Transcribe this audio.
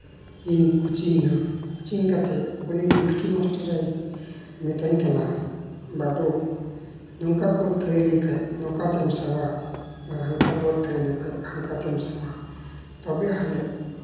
ᱤᱧ ᱠᱳᱪᱤᱝᱱᱟ ᱠᱳᱪᱤᱝ ᱠᱟᱛᱮᱫ ᱩᱱᱤ ᱜᱳᱞᱠᱤ ᱢᱟᱥᱴᱟᱨᱮ ᱢᱤᱛᱟᱹᱧ ᱠᱟᱱᱟ ᱵᱟᱹᱵᱩ ᱱᱚᱝᱠᱟ ᱠᱚ ᱛᱷᱤᱭᱟᱹ ᱞᱮᱠᱷᱟᱱ ᱱᱚᱝᱠᱟᱛᱮᱢ ᱥᱟᱵᱟ ᱦᱟᱱᱠᱟᱛᱮ ᱵᱚᱞ ᱦᱮᱡ ᱞᱮᱱᱠᱷᱟᱱ ᱦᱟᱱᱠᱟ ᱛᱮᱢ ᱥᱟᱵᱟ ᱛᱚᱵᱮ ᱦᱟᱱᱮ